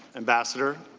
ambassador.